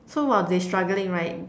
so while they struggling right